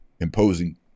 imposing